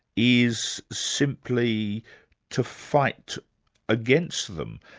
is simply to fight against them.